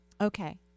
Okay